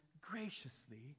graciously